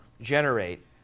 generate